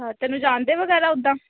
ਹਾਂ ਤੈਨੂੰ ਜਾਣਦੇ ਵਗੈਰਾ ਉੱਦਾਂ